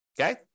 okay